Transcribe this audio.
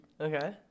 Okay